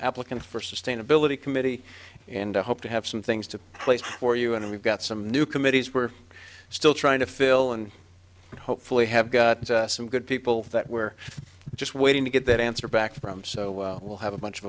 applicants for sustainability committee and i hope to have some things to place for you and we've got some new committees we're still trying to fill and hopefully have got some good people that we're just waiting to get that answer back from so we'll have a bunch of